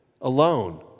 alone